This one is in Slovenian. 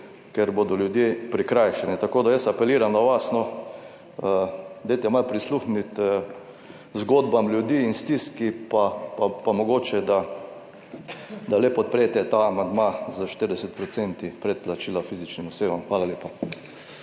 ker bodo ljudje prikrajšani. Tako da jaz apeliram na vas, no, dajte malo prisluhniti zgodbam ljudi in stiski pa, pa mogoče da, da le podprete ta amandma s 40 % predplačila fizičnim osebam. Hvala lepa.